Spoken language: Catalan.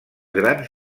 grans